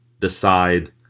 decide